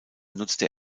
nutzte